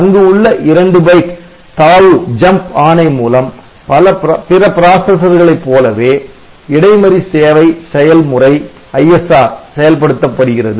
அங்கு உள்ள 2 பைட் தாவு ஆணை மூலம் பிற பிராசஸர்களைப் போலவே இடைமறி சேவை செயல் முறை செயல்படுத்தப்படுகிறது